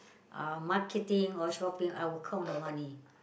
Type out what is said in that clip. uh marketing or shopping I will count the money